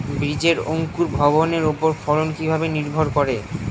বীজের অঙ্কুর ভবনের ওপর ফলন কিভাবে নির্ভর করে?